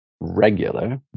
regular